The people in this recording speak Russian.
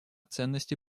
ценности